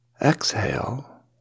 Exhale